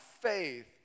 faith